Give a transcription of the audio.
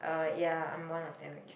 um ya I'm one of them actually